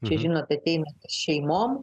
čia žinot ateina šeimom